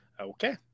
Okay